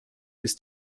ist